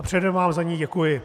Předem vám za ni děkuji.